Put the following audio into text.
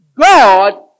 God